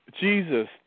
Jesus